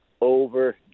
over